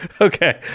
Okay